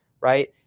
right